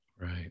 Right